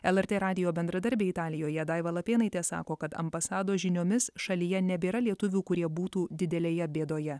lrt radijo bendradarbė italijoje daiva lapėnaitė sako kad ambasados žiniomis šalyje nebėra lietuvių kurie būtų didelėje bėdoje